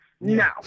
No